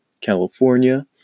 california